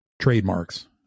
trademarks